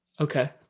okay